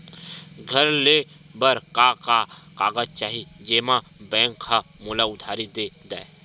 घर ले बर का का कागज चाही जेम मा बैंक हा मोला उधारी दे दय?